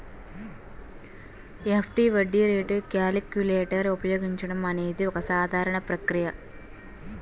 FD వడ్డీ rate calculator ఉపయోగించడం అనేది ఒక సాధారణ ప్రక్రియ